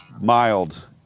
mild